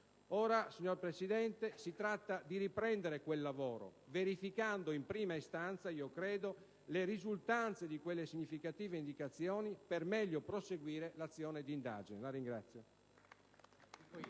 Ora, signor Presidente, si tratta di riprendere quel lavoro, verificando in prima istanza - io credo - le risultanze di quelle significative indicazioni, per meglio proseguire l'azione di indagine. *(Applausi